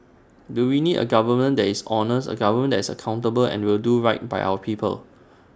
do we need A government that is honest A government that is accountable and will do right by our people